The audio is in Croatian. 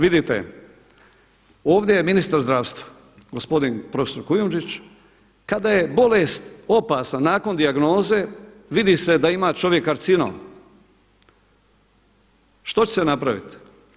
Vidite ovdje je ministar zdravstva gospodin profesor Kujundžić kada je bolest opasna nakon dijagnoze vidi se da čovjek ima karcinom, što će se napraviti?